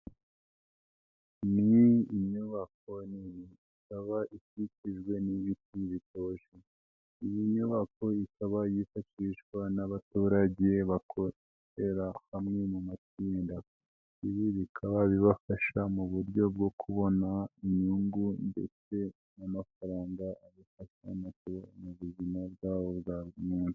Ni inyubako nini ikaba ikikijwe n'ibiti bitoshye. Iyi nyubako ikaba yifashishwa n'abaturage bakorera hamwe mu matsinda. Ibi bikaba bibafasha mu buryo bwo kubona inyungu ndetse n'amafaranga abafasha mu buzima bwabo bwa buri munsi.